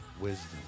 wisdom